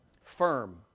Firm